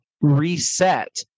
reset